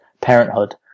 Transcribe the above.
Parenthood